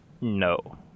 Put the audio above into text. No